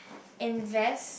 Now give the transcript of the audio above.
invest